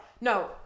No